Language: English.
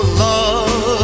love